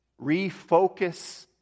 Refocus